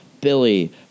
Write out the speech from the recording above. Billy